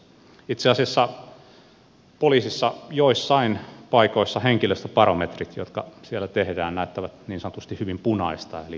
itse asiassa poliisissa joissain paikoissa henkilöstöbarometrit jotka siellä tehdään näyttävät niin sanotusti hyvin punaista eli hyvin huonoa